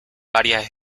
varias